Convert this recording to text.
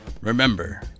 remember